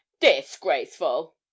disgraceful